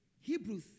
Hebrews